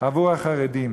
עבור החרדים.